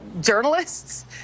journalists